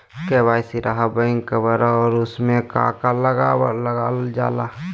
KYC रहा back cover और उसमें का का लागल जाला?